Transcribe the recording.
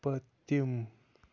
پٔتِم